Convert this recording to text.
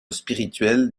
spirituel